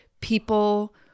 people